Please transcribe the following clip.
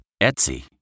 Etsy